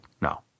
No